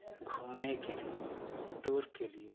घूमने के लिए टूर के लिए